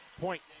Point